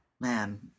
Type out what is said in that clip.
Man